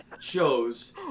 shows